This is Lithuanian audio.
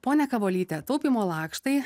ponia kavolyte taupymo lakštai